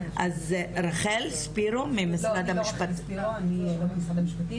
רחל ספירו, ממשרד המשפטים,